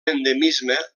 endemisme